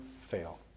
fail